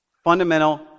Fundamental